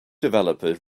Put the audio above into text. developer